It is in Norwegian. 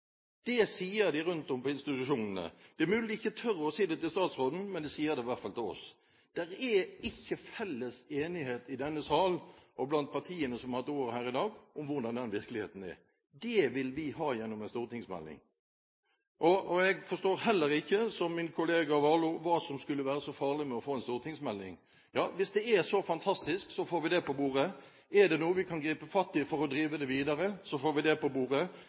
Det sier de rundt om på institusjonene. Det er mulig de ikke tør å si det til statsråden, men de sier det i hvert fall til oss. Det er ikke en felles enighet i denne sal og blant partiene som har hatt ordet her i dag, om hvordan den virkeligheten er. Det vil vi ha gjennom en stortingsmelding. Jeg forstår heller ikke, som min kollega Warloe, hva som skulle være så farlig med å få en stortingsmelding. Ja, hvis det er så fantastisk, så får vi det på bordet. Er det noe vi kan gripe fatt i for å drive det videre, så får vi det på bordet.